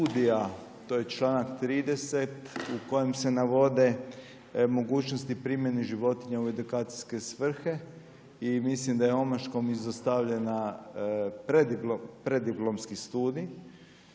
to je članak 30. u kojem se navode mogućnosti primjene životinja u edukacijske svrhe i mislim da je omaškom izostavljena preddiplomski studij,